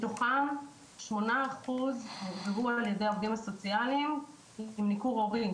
מתוכן 8% הוחזרו על ידי העובדים הסוציאליים עם ניכור הורי.